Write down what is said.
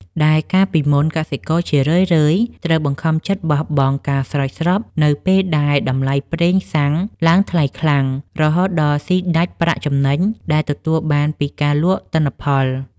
ដែលកាលពីមុនកសិករជារឿយៗត្រូវបង្ខំចិត្តបោះបង់ការស្រោចស្រពនៅពេលដែលតម្លៃប្រេងសាំងឡើងថ្លៃខ្លាំង រហូតដល់ស៊ីដាច់ប្រាក់ចំណេញដែលទទួលបានពីការលក់ទិន្នផល។